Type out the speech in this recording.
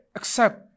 accept